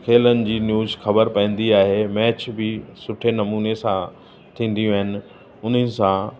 खेलण जी न्यूज़ ख़बर पवंदी आहे मैच बि सुठे नमूने सां थींदियूं आहिनि उन्हनि सां